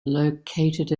located